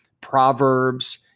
Proverbs